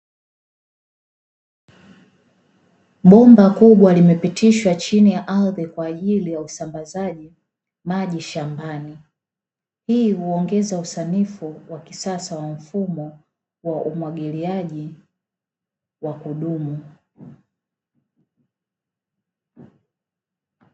Bomba kubwa limepitishwa chini ya ardhi kwa ajili ya usambazaji wa maji shambani, hii huongeza usanifu wa kisasa wa mfumo wa umwagiliaji wa kudumu.